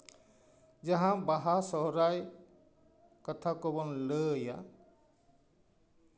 ᱡᱟᱦᱟᱸ ᱵᱟᱦᱟ ᱥᱚᱨᱦᱟᱭ ᱠᱟᱛᱷᱟ ᱠᱚᱵᱚᱱ ᱞᱟᱹᱭᱟ